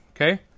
okay